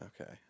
Okay